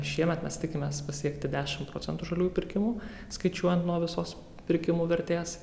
šiemet mes tikimės pasiekti dešimt procentų žaliųjų pirkimų skaičiuojant nuo visos pirkimų vertės